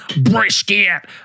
brisket